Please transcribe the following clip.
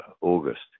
August